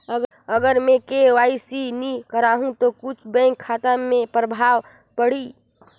अगर मे के.वाई.सी नी कराहू तो कुछ बैंक खाता मे प्रभाव पढ़ी?